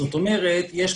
זאת אומרת יש,